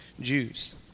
Jews